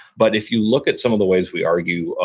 but if you look at some of the ways we argue,